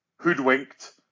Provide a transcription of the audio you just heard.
hoodwinked